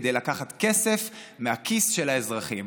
כדי לקחת כסף מהכיס של האזרחים.